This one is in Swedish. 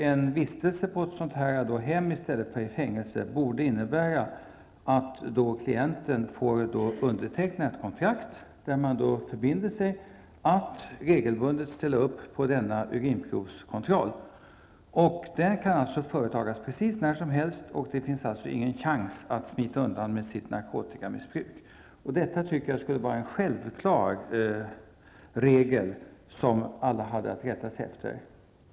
En vistelse på ett sådant här hem i stället för fängelse borde då innebära att klienten får underteckna ett kontrakt där han förbinder sig att regelbundet ställa upp på denna urinprovskontroll. Den kan alltså företagas precis när som helst, och det finns ingen chans att smita undan med sitt narkotikamissbruk. Detta tycker jag skulle vara en självklar regel som alla hade att rätta sig efter.